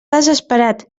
desesperat